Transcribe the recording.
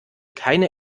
keine